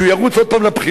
כשהוא ירוץ עוד פעם לבחירות,